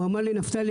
הוא אמר לי: נפתלי,